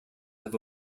have